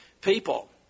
People